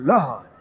Lord